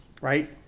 right